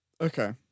Okay